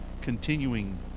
continuing